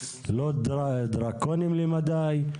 לא דרקוניים מדיי.